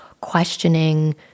questioning